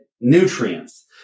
nutrients